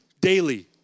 daily